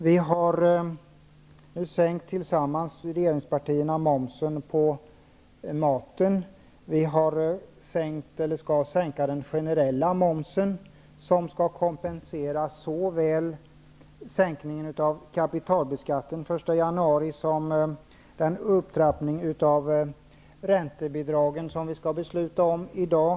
Tillsammans med de övriga regeringspartierna har vi sänkt momsen på mat. Vi skall sänka den generella momsen. Detta skall kompensera såväl sänkningen av kapitalbeskattningen den 1 januari som den upptrappning av räntebidragen som vi skall besluta om i dag.